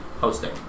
hosting